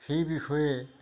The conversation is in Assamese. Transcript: সেই বিষয়ে